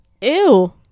Ew